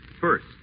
first